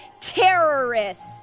terrorists